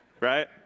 right